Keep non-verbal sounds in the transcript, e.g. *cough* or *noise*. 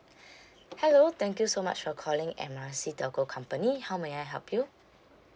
*breath* hello thank you so much for calling M R C telco company how may I help you